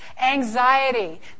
anxiety